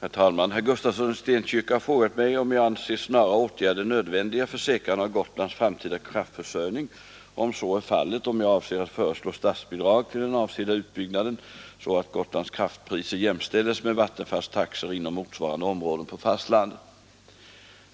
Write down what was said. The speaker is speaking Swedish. Herr talman! Herr Gustafsson i Stenkyrka har frågat mig om jag anser snara åtgärder nödvändiga för säkrande av Gotlands framtida kraftförsörjning och om så är fallet om jag avser att föreslå statsbidrag till den avsedda utbyggnaden så att Gotlands kraftpriser jämställes med Vattenfalls taxor inom motsvarande områden på fastlandet.